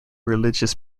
religious